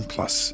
Plus